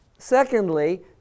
Secondly